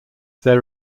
their